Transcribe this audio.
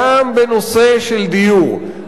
גם בנושא של דיור,